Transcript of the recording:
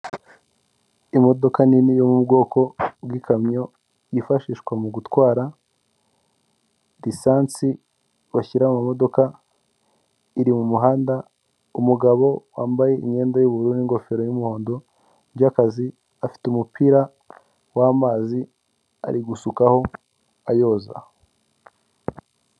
Hoteri yitwa Regasi hoteri aho iherereye ikaba ifite amarangi y'umuhondo ndetse avanze na y'umweru, ikaba iri ahantu heza cyane ku muhanda hari amahumbezi hateye n'ibiti bishobora gutanga akayaga.